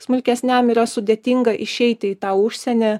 smulkesniam yra sudėtinga išeiti į tą užsienį